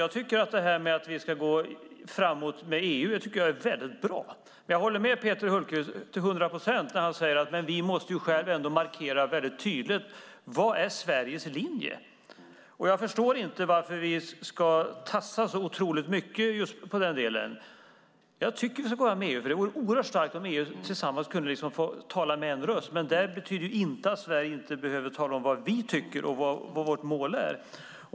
Jag tycker att det är väldigt bra att vi ska gå framåt tillsammans med EU, men jag håller med Peter Hultqvist till hundra procent när han säger att vi själva ändå måste markera väldigt tydligt vad som är Sveriges linje. Jag förstår inte varför vi ska tassa så otroligt mycket just där. Jag tycker att vi ska gå med EU. Det vore oerhört starkt om EU tillsammans kunde tala med en röst, men det betyder inte att vi i Sverige inte ska tala om vad vi tycker och vad vårt mål är.